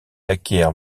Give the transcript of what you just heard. acquiert